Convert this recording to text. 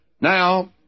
Now